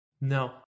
No